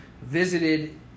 visited